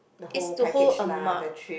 the whole package lah the cheap